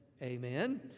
Amen